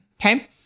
okay